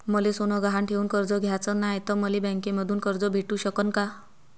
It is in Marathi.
मले सोनं गहान ठेवून कर्ज घ्याचं नाय, त मले बँकेमधून कर्ज भेटू शकन का?